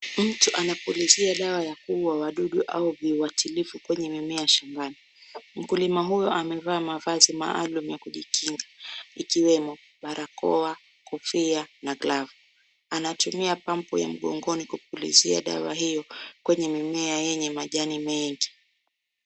Mtu anapulizia dawa ya kuuwa wadudu au viuwatilifu kwenye mimea shambani. Mkulima huu amevaa mavazi maalum ya kujikinga ikiwemo barakoa, kofia na glavu. Anatumia pampu ya mgongoni kupulizia dawa hiyo kwenye mimea yenye majani mengi.